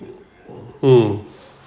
hmm